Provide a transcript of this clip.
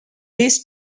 this